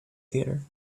theater